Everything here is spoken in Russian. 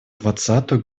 двадцатую